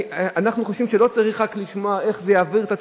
אנחנו חושבים שלא צריך רק לשמוע איך זה יעבור את הציבור.